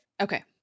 Okay